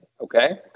okay